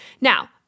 Now